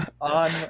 on